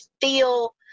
feel